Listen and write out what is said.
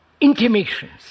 Intimations